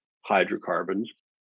hydrocarbons